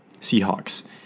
Seahawks